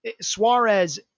Suarez